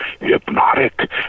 hypnotic